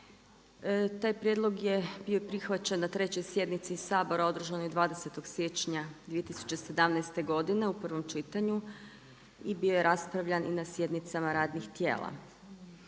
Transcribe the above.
Taj prijedlog je bio prihvaćen na 3. sjednici Sabora održanoj 20. siječnja 2017. godine u prvom čitanju i bio je raspravljan i na sjednicama radnih tijela.